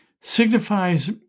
signifies